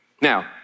Now